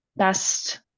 Best